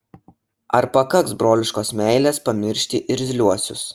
ar pakaks broliškos meilės pamiršti irzliuosius